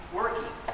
working